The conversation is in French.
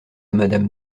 madame